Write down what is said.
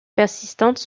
persistantes